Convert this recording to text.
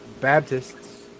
Baptists